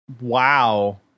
Wow